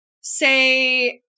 say